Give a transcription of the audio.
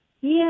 Yes